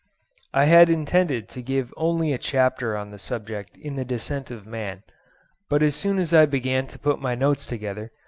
i had intended to give only a chapter on the subject in the descent of man but as soon as i began to put my notes together,